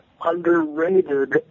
underrated